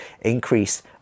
Increase